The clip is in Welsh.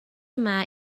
yma